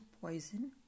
poison